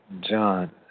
John